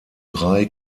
drei